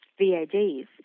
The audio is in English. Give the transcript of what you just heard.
VADs